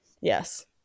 yes